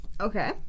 Okay